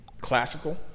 classical